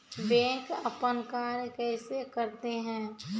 Bank अपन कार्य कैसे करते है?